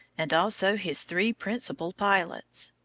and also his three principal pilots.